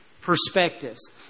perspectives